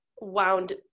wound